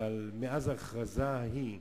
אבל מאז ההכרזה ההיא,